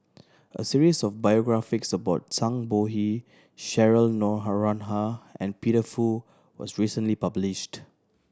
a series of biographies about Zhang Bohe Cheryl Noronha and Peter Fu was recently published